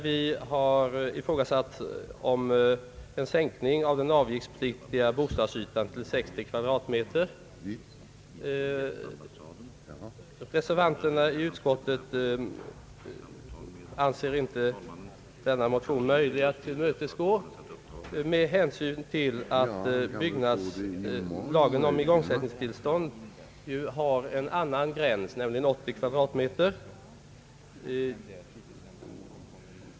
Vi har ifrågasatt en sänkning av den avgiftspliktiga bostadsytan till 60 kvadratmeter. Reservanterna i utskottet anser inte att vårt förslag är möjligt att tillmötesgå med hänsyn till att lagen om igångsättningstillstånd har en annan gräns, nämligen 80 kvadratmeter.